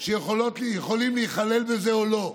שיכולות להיכלל בזה או לא,